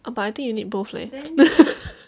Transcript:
but I think you need both leh